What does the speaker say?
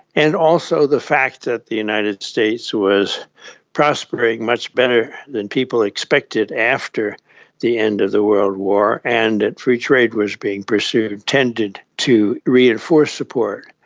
and also the fact that the united states was prospering much better than people expected after the end of the world war and that free trade was being pursued tended to reinforce support.